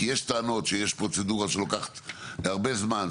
כי יש טענות שיש פרוצדורה שלוקחת הרבה זמן,